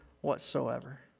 whatsoever